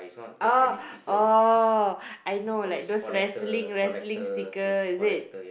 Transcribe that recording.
oh oh I know like those wrestling wrestling sticker is it